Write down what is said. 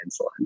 insulin